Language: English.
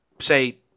say